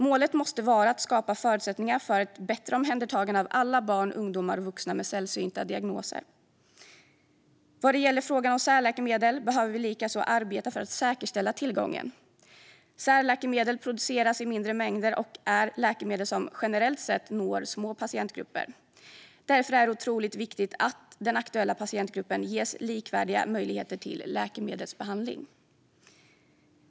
Målet måste vara att skapa förutsättningar för ett bättre omhändertagande av alla barn, ungdomar och vuxna med sällsynta diagnoser. Likaså behöver vi arbeta för att säkerställa tillgången till särläkemedel. Särläkemedel produceras i mindre mängder och är läkemedel som generellt sett når små patientgrupper. Därför är det otroligt viktigt att den aktuella patientgruppen ges likvärdiga möjligheter till läkemedelsbehandling.